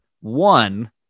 one